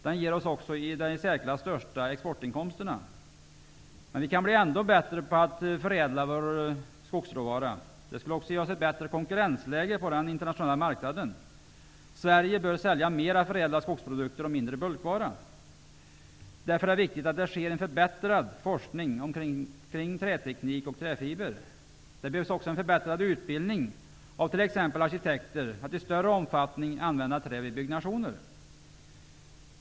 Den ger oss också den i särsklass största exportinkomsten. Men vi kan bli ännu bättre på att förädla vår skogsråvara. Det skulle ge ett bättre konkurrensläge på den internationella marknaden. Sverige bör sälja mera förädlade skogsprodukter och mindre bulkvaror. Därför är det viktigt med en förbättrad forskning kring träteknik och träfiber. Det behövs också en förbättrad utbildning av exempelvis arkitekter för få en mer omfattande användning av trä vid byggnationer.